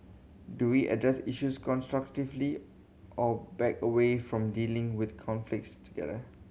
do we address issues constructively or back away from dealing with conflicts together